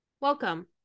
Welcome